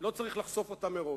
לא צריך לחשוף אותם מראש.